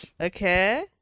okay